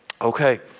okay